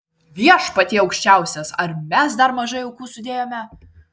viešpatie aukščiausias ar mes dar mažai aukų sudėjome